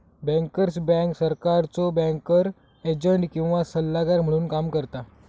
bankers bank सरकारचो banker agent किंवा सल्लागार म्हणून काम करता